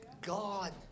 God